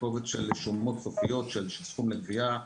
קובץ של שומות סופיות של סכום לגבייה.